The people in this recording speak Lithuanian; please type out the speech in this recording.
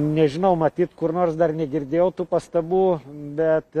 nežinau matyt kur nors dar negirdėjau tų pastabų bet